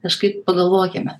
kažkaip pagalvokime